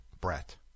Brett